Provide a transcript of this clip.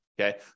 okay